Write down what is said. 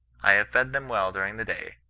i have fed them well during the day,